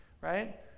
right